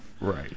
Right